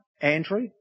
Andrew